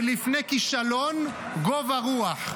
ולפני כשלון גבה רוח".